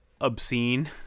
obscene